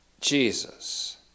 Jesus